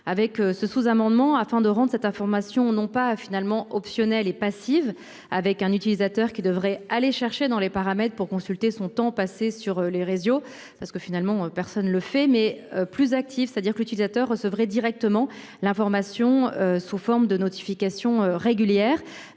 avec ce sous-amendement afin de rendre cette information n'ont pas finalement optionnel et passive avec un utilisateur qui devrait aller chercher dans les paramètres pour consulter son temps passé sur les réseaux, parce que finalement personne le fait mais plus active, c'est-à-dire que l'utilisateur recevrait directement l'information sous forme de notification régulière,